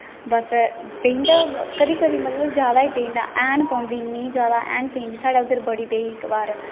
बस पेई जंदा कदें कंदे मतलब ज्यादा ही पेई जंदा ऐह्न पौंन्दी इनी ज्यादा ऐहन पोंदी ऐन पेई जंदी साढ़े उद्धर पेई इक वार